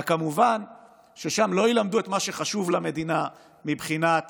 רק כמובן ששם לא ילמדו את מה שחשוב למדינה מבחינת